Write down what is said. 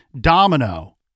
domino